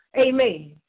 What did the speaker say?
Amen